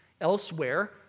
elsewhere